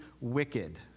wicked